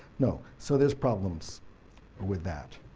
no, so there's problems with that.